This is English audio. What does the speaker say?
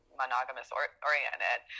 monogamous-oriented